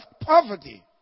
poverty